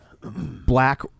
black